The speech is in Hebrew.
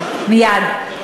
מייד.